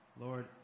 lord